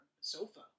sofa